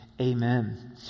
Amen